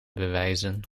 bewijzen